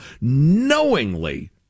knowingly